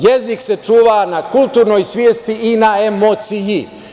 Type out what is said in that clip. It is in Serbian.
Jezik se čuva na kulturnoj svesti i na emociji.